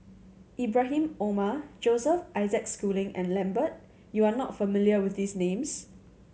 Ibrahim Omar Joseph Isaac Schooling and Lambert you are not familiar with these names